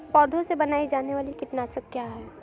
पौधों से बनाई जाने वाली कीटनाशक क्या है?